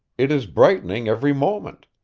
it is brightening every moment.